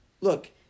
look